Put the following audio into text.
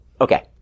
Okay